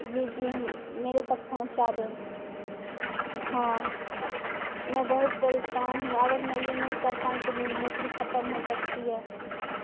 جی جی میرے تک پہنچا دیں ہاں میں بہت پریشان ہوں اگر میں یہ نہیں کر پائی تو میری نوکری ختم ہو سکتی ہے